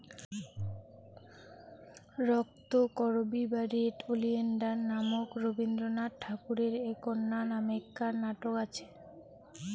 রক্তকরবী বা red oleander নামক রবীন্দ্রনাথ ঠাকুরের এ্যাকনা নামেক্কার নাটক আচে